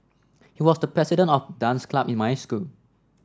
he was the president of dance club in my school